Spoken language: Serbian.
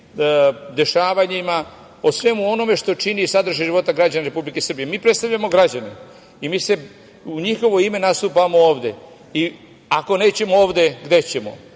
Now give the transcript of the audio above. dešavanjima, o svemu onome što čini sadržaj života građana Republike Srbije. Mi predstavljamo građane i mi u njihovo ime nastupamo ovde. Ako nećemo ovde, gde